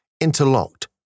interlocked